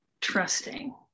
trusting